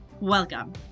Welcome